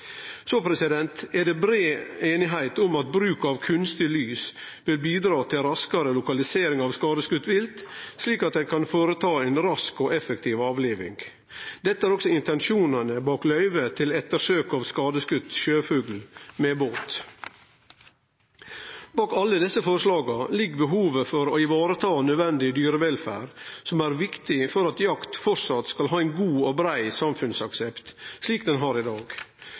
er brei einigheit om at bruk av kunstig lys vil bidra til raskare lokalisering av skadeskote vilt, slik at ein kan føreta ei rask og effektiv avliving. Dette er også intensjonane bak løyvet til ettersøk av skadeskote sjøfugl med båt. Bak alle desse forslaga ligg behovet for å vareta nødvendig dyrevelferd, noko som er viktig for at jakt framleis skal ha ein god og brei samfunnsaksept, slik han har i dag.